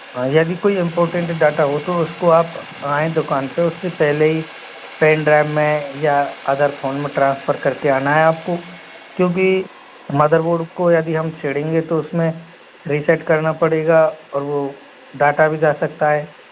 हाँ यदि कोई इम्पोर्टेन्ट डाटा हो तो उसको आप आएँ दुकान पे उससे पहले ही पेन ड्राइव में या अदर फोन में ट्रांसफर कर के आना है आपको क्योंकि मदरबोर्ड को यदि हम छेड़ेंगे तो उसमें रीसेट करना पड़ेगा और वो डाटा भी जा सकता है